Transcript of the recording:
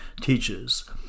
teaches